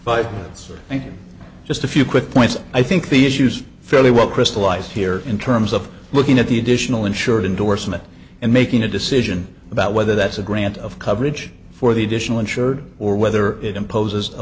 it's just a few quick points i think the issues fairly well crystallize here in terms of looking at the additional insured indorsement and making a decision about whether that's a grant of coverage for the additional insured or whether it imposes a